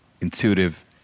intuitive